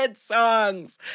songs